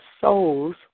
souls